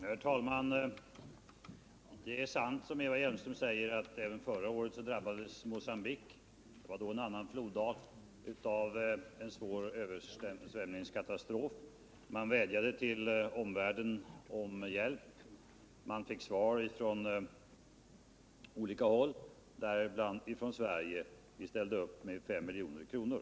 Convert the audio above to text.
Herr talman! Det är sant, som Eva Hjelmström säger, att Mocambique förra året drabbades av svår översvämningskatastrof i en annan floddal. Man vädjade till omvärlden om hjälp och fick svar från olika håll, däribland från Sverige. Vi ställde då upp med 5 milj.kr.